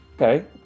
Okay